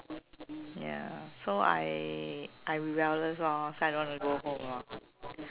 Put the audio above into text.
ya so I I rebellious lor so I don't want to go home lor